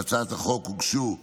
להצעת החוק הוגשו הסתייגויות,